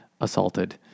assaulted